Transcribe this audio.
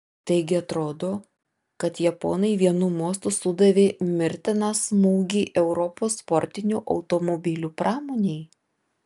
taigi atrodo kad japonai vienu mostu sudavė mirtiną smūgį europos sportinių automobilių pramonei